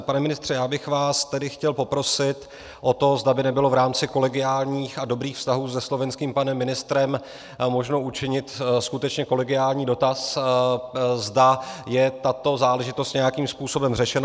Pane ministře, já bych vás tedy chtěl poprosit o to, zda by nebylo v rámci kolegiálních a dobrých vztahů se slovenským panem ministrem možno učinit skutečně kolegiální dotaz, zda je tato záležitost nějakým způsobem řešena.